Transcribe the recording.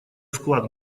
вклад